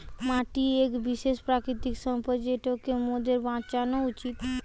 মাটি এক বিশেষ প্রাকৃতিক সম্পদ যেটোকে মোদের বাঁচানো উচিত